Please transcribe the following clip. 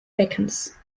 beckens